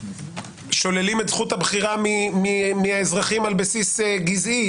שוללים את זכות הבחירה מהאזרחים על בסיס גזעי